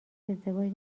ازدواج